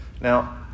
Now